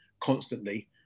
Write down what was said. constantly